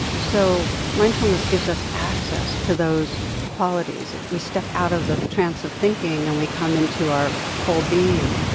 so mindfulness gives us access to those qualities. we step out of the trance of thinking, and we come into our full being